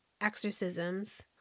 exorcisms